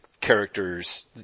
characters